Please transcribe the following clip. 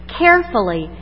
carefully